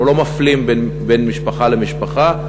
אנחנו לא מפלים בין משפחה למשפחה,